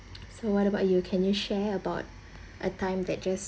so what about you can you share about a time that just